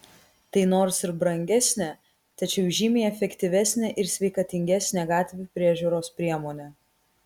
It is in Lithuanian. tai nors ir brangesnė tačiau žymiai efektyvesnė ir sveikatingesnė gatvių priežiūros priemonė